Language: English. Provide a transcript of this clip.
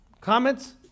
comments